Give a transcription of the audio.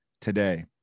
today